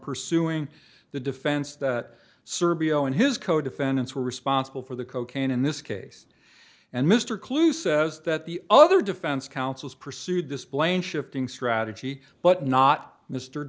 pursuing the defense that serbia and his co defendants were responsible for the cocaine in this case and mr clue says that the other defense counsel's pursued this blame shifting strategy but not mr